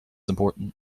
important